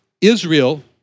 Israel